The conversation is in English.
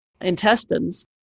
intestines